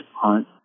hunt